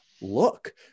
Look